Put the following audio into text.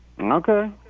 Okay